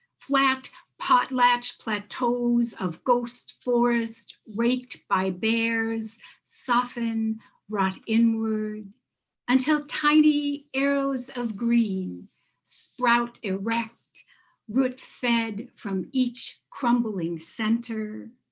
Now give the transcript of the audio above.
flat potlatch plateaus of ghost forests raked by bears soften rot inward until tiny arrows of green sprout erect rootfed from each crumbling center.